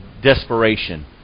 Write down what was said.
desperation